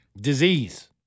Disease